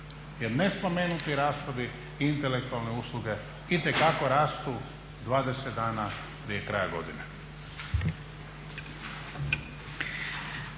jer nespomenuti rashodi i intelektualne usluge itekako rastu 20 dna prije kraja godine.